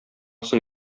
соң